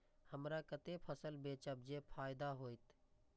हमरा कते फसल बेचब जे फायदा होयत?